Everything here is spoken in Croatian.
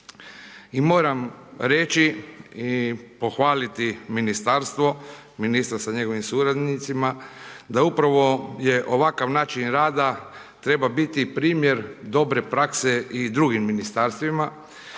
moram reći i pohvaliti ministarstvo, ministra sa njegovim suradnicima da upravo je ovakav način rada treba biti primjer dobre prakse i drugim ministarstvima